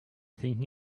thinking